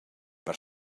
per